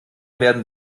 werden